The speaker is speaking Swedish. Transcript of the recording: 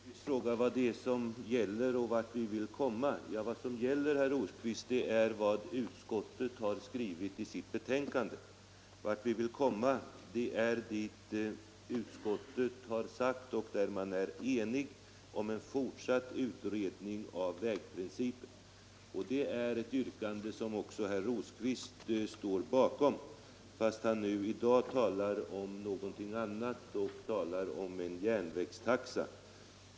Herr talman! Herr Rosqvist frågade vad som gäller och vart vi vill komma. Vad som gäller är det som utskottet skrivit i sitt betänkande, och som svar på frågan om vart vi vill komma hänvisar jag till utskottets enhäiliga yrkande om en fortsatt utredning av vägprincipen. Detta yrkande står också herr Rosqvist bakom, fast han i dag talar om en järnvägstaxa.